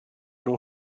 l’on